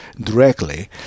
directly